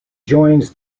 joins